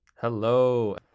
Hello